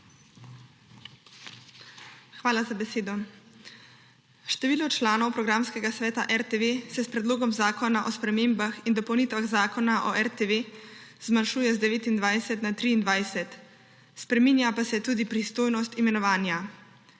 Hvala za besedo. Število članov programskega sveta RTV se s Predlogom zakona o spremembah in dopolnitvah Zakona o Radioteleviziji Slovenija zmanjšuje z 29 na 23. Spreminja pa se tudi pristojnost imenovanja.